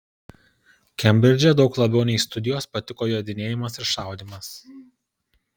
kembridže daug labiau nei studijos patiko jodinėjimas ir šaudymas